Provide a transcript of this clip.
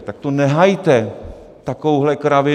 Tak to nehajte, takovouhle kravinu!